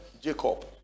jacob